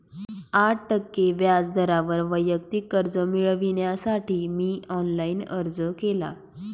आठ टक्के व्याज दरावर वैयक्तिक कर्ज मिळविण्यासाठी मी ऑनलाइन अर्ज केला